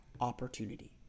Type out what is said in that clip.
opportunity